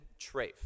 Trafe